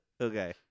Okay